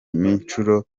nshuro